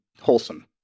wholesome